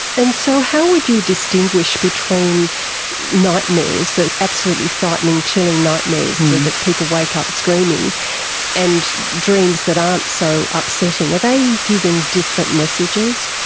and so how would you distinguish between nightmares, the absolutely frightening, chilling nightmares that people wake up screaming and dreams that aren't so upsetting, are they giving different messages?